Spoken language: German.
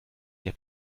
der